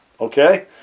Okay